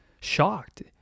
shocked